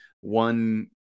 one